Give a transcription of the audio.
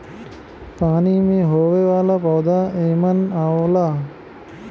पानी में होये वाला पौधा एमन आवला